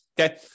Okay